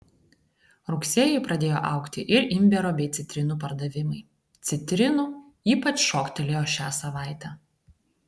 rugsėjį pradėjo augti ir imbiero bei citrinų pardavimai citrinų ypač šoktelėjo šią savaitę